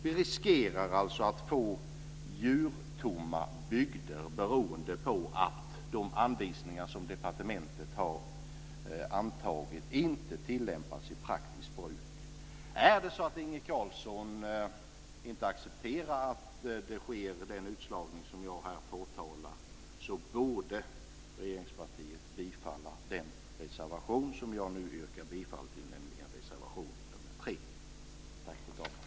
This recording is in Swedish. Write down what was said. Vi riskerar alltså att få djurtomma bygder beroende på att de anvisningar som departementet har antagit inte tillämpas i praktiskt bruk. Om Inge Carlsson inte accepterar att det sker en sådan utslagning som jag här påtalar borde regeringspartiet bifalla den reservation som jag nu yrkar bifall till, nämligen reservation nr 3.